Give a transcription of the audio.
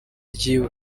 ryiwe